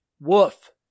Woof